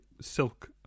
silk